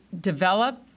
develop